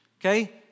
Okay